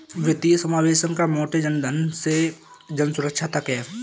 वित्तीय समावेशन का मोटो जनधन से जनसुरक्षा तक है